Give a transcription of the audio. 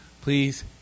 please